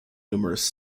numerous